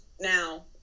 Now